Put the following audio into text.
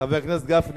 חבר הכנסת גפני.